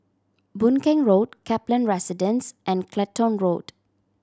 Boon Keng Road Kaplan Residence and Clacton Road